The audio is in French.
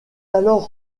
alors